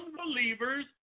unbelievers